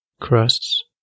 crusts